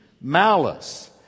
malice